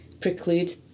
preclude